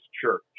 church